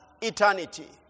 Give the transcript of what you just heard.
eternity